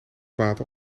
water